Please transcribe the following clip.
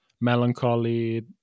melancholy